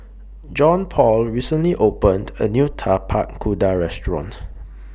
Johnpaul recently opened A New Tapak Kuda Restaurant